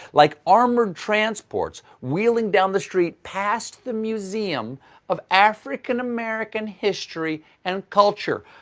like armored transports wheeling down the street past the museum of african american history and culture.